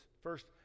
First